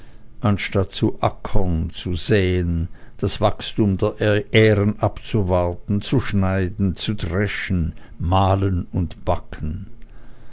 anstatt zu ackern zu säen das wachstum der ihren abzuwarten zu schneiden zu dreschen mahlen und backen